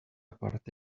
parte